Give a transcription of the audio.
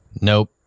Nope